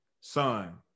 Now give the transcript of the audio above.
son